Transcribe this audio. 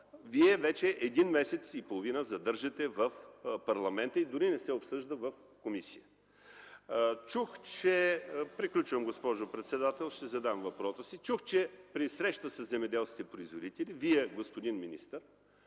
вече месец и половина в парламента, дори не се обсъжда в комисията. Чух, че при среща със земеделските производители Вие, господин министър,